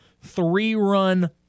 three-run